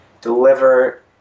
deliver